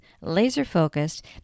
laser-focused